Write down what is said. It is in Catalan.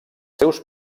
seus